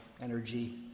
energy